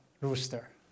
rooster